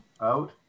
out